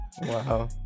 Wow